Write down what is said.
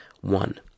One